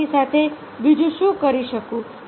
હું તેની સાથે બીજું શું કરી શકું